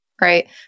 right